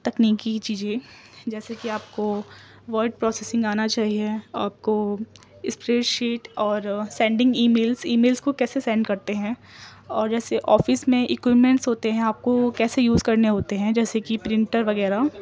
تکنیکی چیزیں جیسے کہ آپ کو ورڈ پروسیسنگ آنا چاہیے آپ کو اسپریڈ شیٹ اور sending emails emails کو کیسے سینڈ کرتے ہیں اور جیسے آفس میں اکوپمنٹس ہوتے ہیں آپ کو کیسے یوز کرنے ہوتے ہیں جیسے کہ پرنٹر وغیرہ